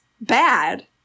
bad